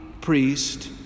priest